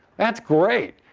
that's great.